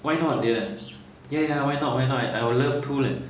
why not dear ya ya why not why not I I would love to leh